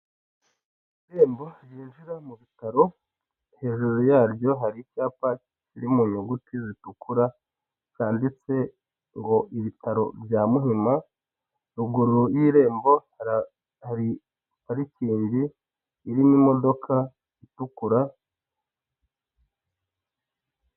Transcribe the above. Irembo ryinjira mu bitaro hejuru yaryo hari icyapa kiri munyuguti zitukura cyanditseho ngo ibitaro bya Muhima ruguru y'irembo hari parikingi irimo imodoka itukura.